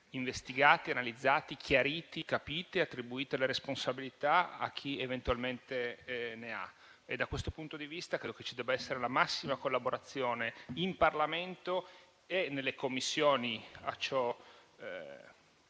investigati, analizzati, chiariti; vanno inoltre capite e attribuite le responsabilità e capire chi eventualmente ne ha. Da questo punto di vista credo ci debba essere la massima collaborazione in Parlamento e nelle Commissioni a ciò